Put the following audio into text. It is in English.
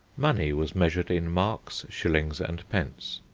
money was measured in marks, shillings, and pence.